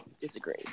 disagree